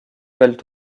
valent